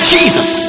Jesus